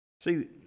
See